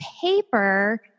paper